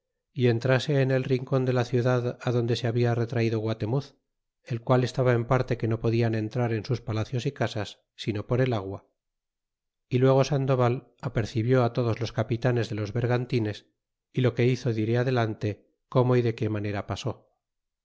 y entrase en el rincon de la ciudad adonde se habia retraido guatensuz el qual estaba en parte que no podian entrar en sus palacios y casas sino por el agua y luego sandoval ape cibiú todos los capitanes de los bergantines y lo que hizo diré adelante cómo y de qué manera pasó el